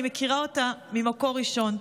אני מכירה אותה ממקור ראשון,